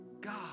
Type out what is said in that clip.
God